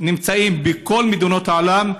שנמצאים בכל מדינות העולם,